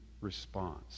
response